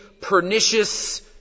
pernicious